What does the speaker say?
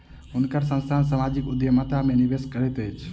हुनकर संस्थान सामाजिक उद्यमिता में निवेश करैत अछि